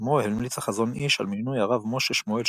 ובמקומו המליץ החזון איש על מינוי הרב משה שמואל שפירא.